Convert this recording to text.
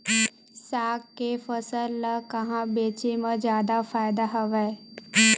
साग के फसल ल कहां बेचे म जादा फ़ायदा हवय?